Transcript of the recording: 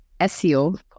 SEO